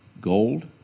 gold